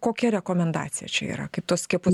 kokia rekomendacija čia yra kaip tuos skiepus